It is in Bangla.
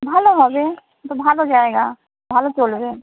ভালো হবে এ তো ভালো জায়গা ভালো চলবে